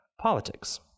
politics